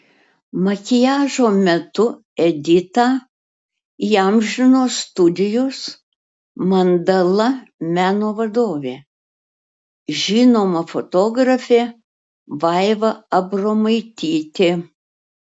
makiažo metu editą įamžino studijos mandala meno vadovė žinoma fotografė vaiva abromaitytė